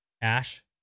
Ash